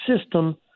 system